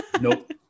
nope